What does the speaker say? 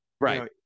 Right